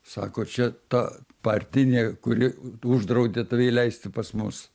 sako čia ta partinė kuri uždraudė tave įleisti pas mus